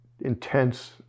intense